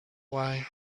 why